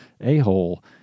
a-hole